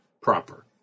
proper